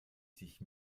sich